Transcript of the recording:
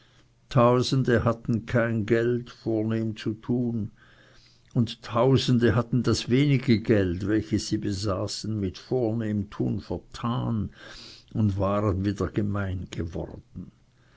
tausende hatten kein geld vornehm zu tun und tausende hatten das wenige geld welches sie besaßen mit vornehmtun vertan und waren wieder gemein geworden